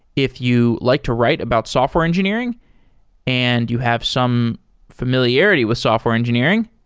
if you like to write about software engineering and you have some familiarity with software engineering,